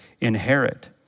inherit